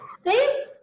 see